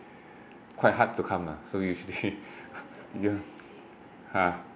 quite hard to come lah so usually yeah ah